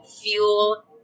fuel